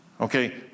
Okay